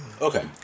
Okay